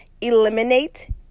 eliminate